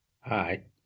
Hi